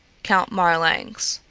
count marlanx.